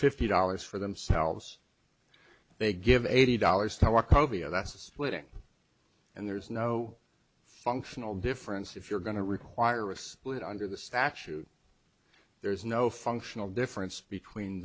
fifty dollars for themselves they give eighty dollars telco via that's a splitting and there's no functional difference if you're going to require us under the statute there's no functional difference between